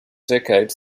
decades